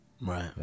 Right